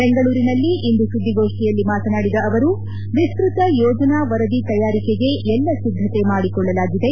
ಬೆಂಗಳೂರಿನಲ್ಲಿಂದು ಸುದ್ದಿಗೋಷ್ಠಿಯಲ್ಲಿ ಮಾತನಾಡಿದ ಅವರು ವಿಸ್ತೃತ ಯೋಜನಾ ವರದಿ ತಯಾರಿಕೆಗೆ ಎಲ್ಲಾ ಸಿದ್ಧತೆ ಮಾಡಿಕೊಳ್ಳಲಾಗಿದೆ